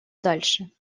дальше